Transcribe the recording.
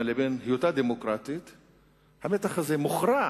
לבין היותה דמוקרטית, המתח הזה מוכרע